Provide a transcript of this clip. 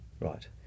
Right